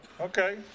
okay